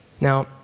Now